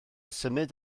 symud